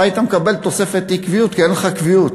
אתה היית מקבל תוספת אי-קביעות, כי אין לך קביעות.